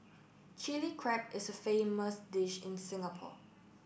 Chilli Crab is a famous dish in Singapore